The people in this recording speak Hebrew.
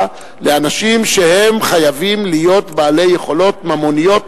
לאנשים שהם חייבים להיות בעלי יכולות ממוניות